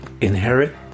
inherit